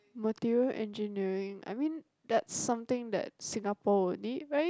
Material Engineering I mean that's something that Singapore will need right